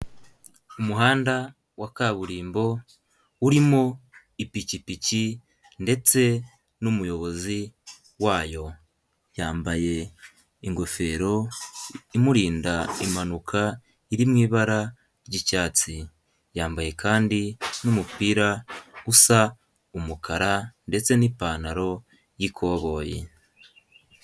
Umuhanda wa kaburimbo urimo ipikipiki ndetse n'umuyobozi wayo, yambaye ingofero imurinda impanuka iri mu ibara ry'icyatsi, yambaye kandi n'umupira usa umukara ndetse n'ipantaro y'ikoboyi.